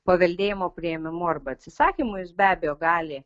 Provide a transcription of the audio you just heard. paveldėjimo priėmimu arba atsisakymu jis be abejo gali